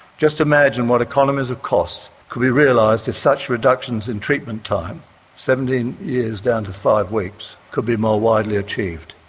just imagine what economies of cost could be realised if such reductions in treatment time seventeen years down to five weeks could be more widely achieved.